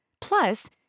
Plus